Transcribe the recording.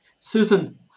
Susan